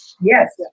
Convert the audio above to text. Yes